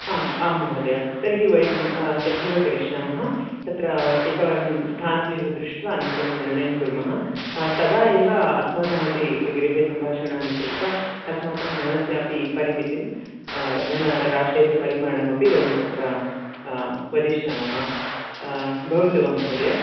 आम् आं महोदय तर्हि वयं तथैव करिष्यामः तत्र एकवारं स्थानमेव दृष्ट्वा अनन्तरं निर्णयं कुर्मः तदा एव अस्माकमपि गृहे सम्भाषणानि कृत्वा अस्माकं धनस्यापि परिमितिं धनराशेः परिमाणमपि वयं तत्र वदिष्यामः भवतु वा महोदय